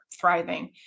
thriving